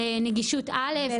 נגישות א',